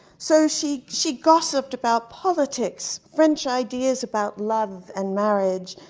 so, she she gossiped about politics, french ideas about love and marriage,